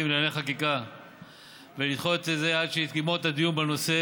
לענייני חקיקה ולדחות את זה עד שהיא תגמור את הדיון בנושא,